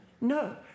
No